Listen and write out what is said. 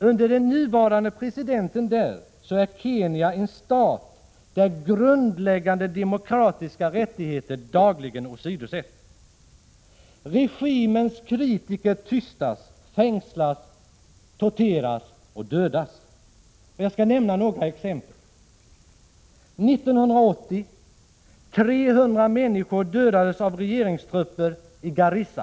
Under den nuvarande presidenten är det en stat där grundläggande demokratiska rättigheter dagligen åsidosätts. Regimens kritiker tystas, fängslas, torteras och dödas. Jag skall nämna några exempel. År 1980 dödades 300 människor av regeringstrupper i Garissa.